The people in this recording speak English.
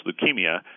leukemia